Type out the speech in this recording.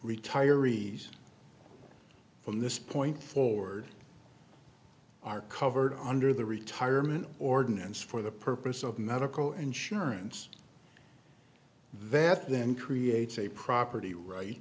retirees from this point forward are covered under the retirement ordinance for the purpose of medical insurance that then creates a property right